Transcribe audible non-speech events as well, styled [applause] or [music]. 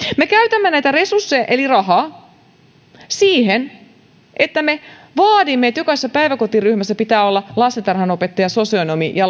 me käytämme näitä resursseja eli rahaa siihen että me vaadimme että jokaisessa päiväkotiryhmässä pitää olla lastentarhanopettaja sosionomi ja [unintelligible]